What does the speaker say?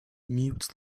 mutes